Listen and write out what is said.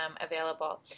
available